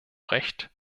recht